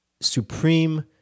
supreme